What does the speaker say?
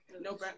No